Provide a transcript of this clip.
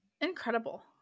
Incredible